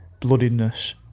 bloodiness